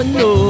no